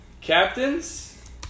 Captains